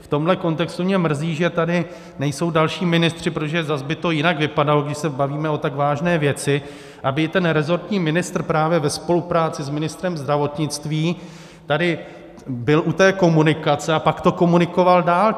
V tomhle kontextu mě mrzí, že tady nejsou další ministři , protože zase by to jinak vypadalo, když se bavíme o tak vážné věci, aby i ten resortní ministr právě ve spolupráci s ministrem zdravotnictví tady byl u té komunikace a pak to komunikoval dál.